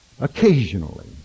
Occasionally